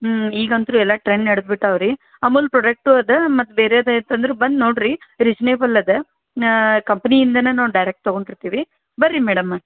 ಹ್ಞೂ ಈಗಂತು ಎಲ್ಲ ಟ್ರೆಂಡ್ ನೆಡ್ದು ಬಿಟ್ಟವೆ ರೀ ಅಮೂಲ್ ಪ್ರೊಡೆಕ್ಟು ಇದೆ ಮತ್ತು ಬೇರೆದೂ ಐತೆ ಅಂದ್ರೆ ಬಂದು ನೋಡಿರಿ ರೀಜ್ನೇಬಲ್ ಇದೆ ಕಂಪ್ನಿಯಿಂದನೇ ನಾವು ಡೈರೆಕ್ಟ್ ತೊಗೊಳ್ತಿರ್ತೀವಿ ಬನ್ರಿ ಮೇಡಮ್ಮ